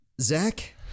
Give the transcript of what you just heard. Zach